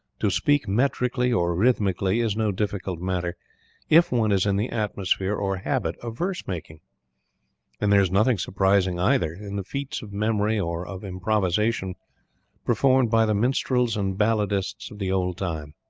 to speak metrically or rhythmically is no difficult matter if one is in the atmosphere or habit of verse-making and there is nothing surprising either in the feats of memory or of improvisation performed by the minstrels and balladists of the old time.